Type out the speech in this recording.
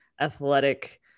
athletic